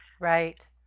right